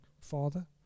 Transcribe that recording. Father